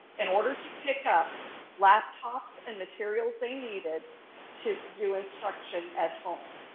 in order to pick up laptops and materials they needed to do instruction at home.